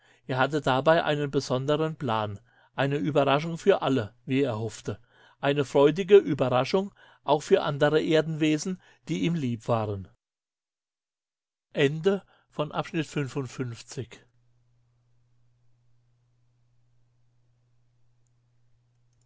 er hatte dabei einen besonderen plan eine überraschung für alle wie er hoffte eine freudige überraschung auch für andere erdenwesen die ihm lieb waren